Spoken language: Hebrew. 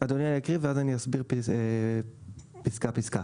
ואז אנחנו נסביר פסקה פסקה.